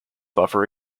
buffer